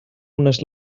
unes